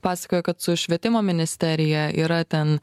pasakojo kad su švietimo ministerija yra ten